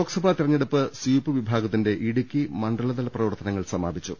ലോക്സഭാ തെരഞ്ഞെടുപ്പ് സ്വീപ് വിഭാഗത്തിന്റെ ഇടുക്കി മണ്ഡലതല പ്രവർത്തനങ്ങൾ സമാപിച്ചു